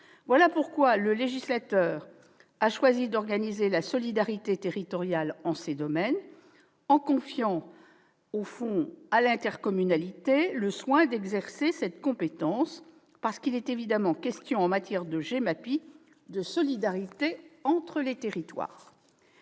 Voilà pourquoi le législateur a choisi d'organiser la solidarité territoriale en ces domaines, en confiant aux intercommunalités le soin d'exercer cette compétence. Il est évidemment question, en matière de GEMAPI, de solidarité entre les territoires.